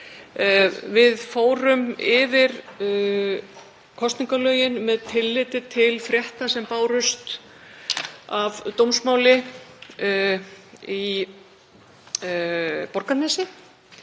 Við fórum yfir kosningalögin með tilliti til frétta sem bárust af dómsmáli í Borgarnesi